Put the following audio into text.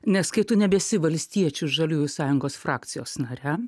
nes kai tu nebesi valstiečių ir žaliųjų sąjungos frakcijos nare